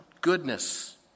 Goodness